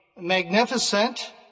magnificent